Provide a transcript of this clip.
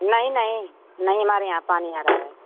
नहीं नहीं नहीं हमारे यहाँ पानी आ रहा है